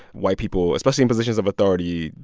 white people, especially in positions of authority,